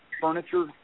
furniture